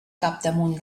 capdamunt